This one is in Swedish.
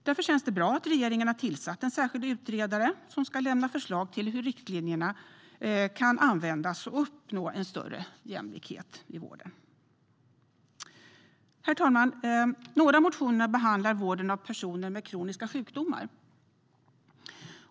Därför känns det bra att regeringen har tillsatt en särskild utredare som ska lämna förslag till hur riktlinjerna kan användas för att uppnå en större jämlikhet i vården. Herr talman! Några av motionerna behandlar vården av personer med kroniska sjukdomar.